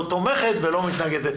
לא תומכת ולא מתנגדת.